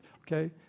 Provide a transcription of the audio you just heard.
Okay